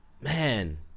Man